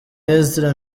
ezra